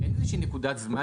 באיזושהי נקודת זמן